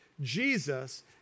Jesus